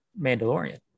Mandalorian